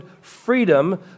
freedom